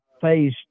phase